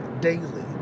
daily